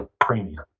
premium